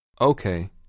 Okay